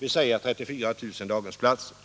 dvs. 34 000 daghemsplatser.